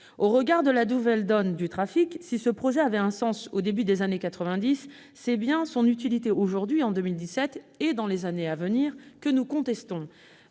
Au regard de la nouvelle donne du trafic, si ce projet avait un sens au début des années quatre-vingt-dix, c'est bien son utilité aujourd'hui, en 2017 et dans les années à venir, que nous contestons,